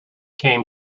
become